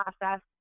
process